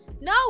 no